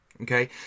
Okay